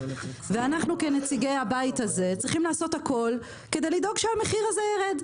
אנחנו כנציגי הבית הזה צריכים לעשות הכול כדי לדאוג שהמחיר הזה יירד.